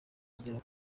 urugero